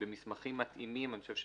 לכתוב: "במסמכים מתאימים", 'אחרים'